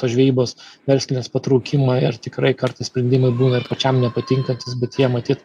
tos žvejybos verslinės patraukimą ir tikrai kartais sprendimai būna ir pačiam nepatinkantys bet jie matyt